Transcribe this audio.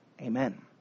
Amen